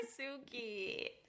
Suki